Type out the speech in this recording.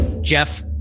Jeff